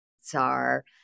Tsar